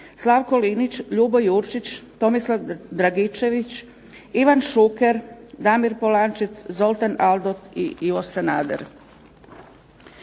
Slavko Linić, Ljubo Jurčić, Tomislav Dragičević, Ivan Šuker, Damir Polančec, Zoltan Aldott i Ivo Sanader.